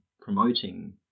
promoting